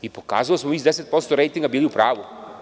I pokazalo se da smo mi sa 10% rejtinga bili u pravu.